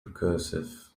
recursive